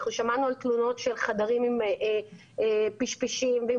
אנחנו שמענו על תלונות של חדרים עם פשפשים ועם